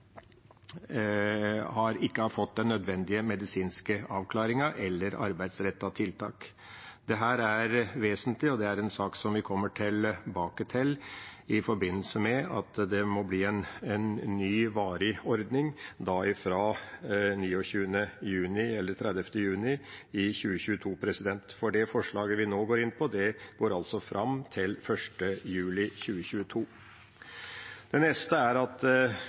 fått den nødvendige medisinske avklaringen eller arbeidsrettede tiltak. Dette er vesentlig, og det er en sak vi kommer tilbake til i forbindelse med at det må bli en ny varig ordning, fra 29. eller 30. juni i 2022, for det forslaget vi nå går inn på, går altså fram til 1. juli 2022. Det neste er at